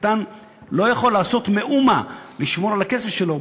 הקטן לא יכול לעשות מאומה לשמור על הכסף שלו.